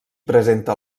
presenta